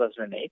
2008